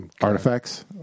artifacts